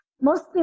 mostly